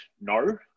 no